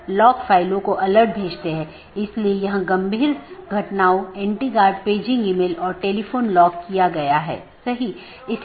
तो इस तरह से मैनाजैबिलिटी बहुत हो सकती है या स्केलेबिलिटी सुगम हो जाती है